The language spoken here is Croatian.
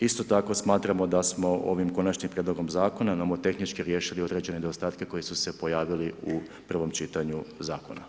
Isto tako smatramo da smo ovim konačnim prijedlogom zakona nomotehnički riješili određene nedostatke koji su se pojavili u prvom čitanju zakona.